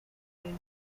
lived